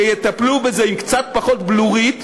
שיטפלו בזה עם קצת פחות בלורית,